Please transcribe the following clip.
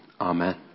Amen